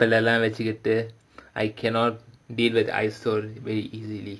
இதெல்லாம் வச்சிக்கிட்டு:idhellaam vachikkittu I cannot deal with I so very easily